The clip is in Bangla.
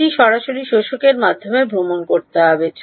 এটি সরাসরি শোষকের মাধ্যমে ভ্রমণ করতে হবে